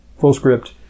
Fullscript